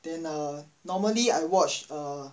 then err normally I watch err